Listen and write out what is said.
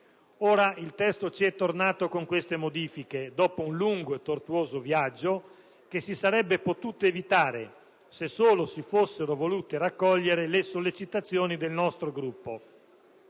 Ora, il testo è tornato con queste modifiche dopo un viaggio troppo lungo e tortuoso, che si sarebbe potuto evitare se solo si fossero volute raccogliere le sollecitazioni del nostro Gruppo.